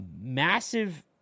massive